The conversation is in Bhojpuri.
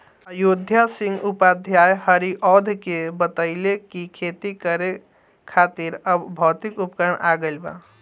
अयोध्या सिंह उपाध्याय हरिऔध के बतइले कि खेती करे खातिर अब भौतिक उपकरण आ गइल बा